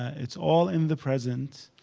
it's all in the present.